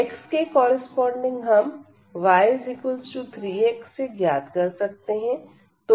x के corresponding y हम y 3x से ज्ञात कर सकते हैं